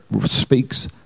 speaks